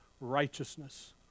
righteousness